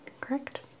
correct